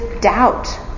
doubt